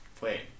Wait